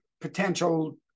potential